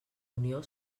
unió